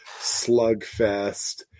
slugfest